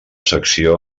secció